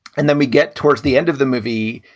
and then we get towards the end of the movie,